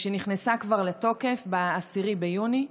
שנכנסה כבר לתוקף ב-10 ביוני,